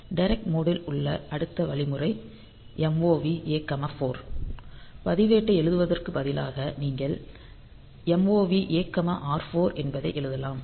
direct mode ல் உள்ள அடுத்த வழிமுறை MOV A 4 பதிவேட்டை எழுதுவதற்கு பதிலாக நீங்கள் MOV A R4 என்பதை எழுதலாம்